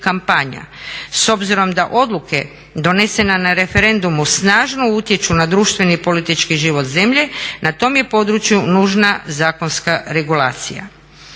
S obzirom da odluke donesene na referendumu snažno utječu na društveni i politički život zemlje na tom je području nužna zakonska regulacija.